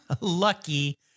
Lucky